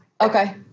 Okay